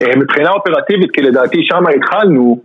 מבחינה אופרטיבית, כי לדעתי שמה התחלנו